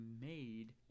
made